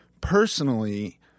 personally